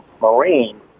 Marine